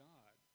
God